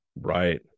Right